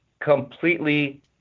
completely